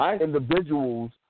individuals